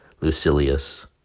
Lucilius